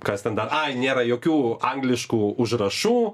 kas ten dar ai nėra jokių angliškų užrašų